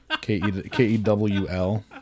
K-E-W-L